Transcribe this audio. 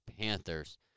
Panthers